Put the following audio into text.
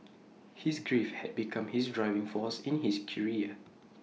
his grief had become his driving force in his career